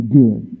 good